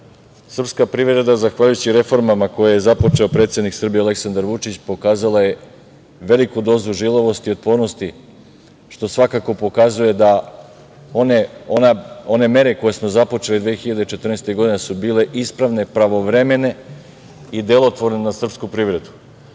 srpska privreda zahvaljujući reformama koje je započeo predsednik Srbije Aleksandar Vučić, pokazala je veliku dozu žilavosti i otpornosti, što svakako pokazuje da one mere koje smo započeli 2014. godine su bile ispravne, pravovremene i delotvorne na srpsku privredu. Možete